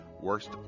worst